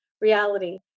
reality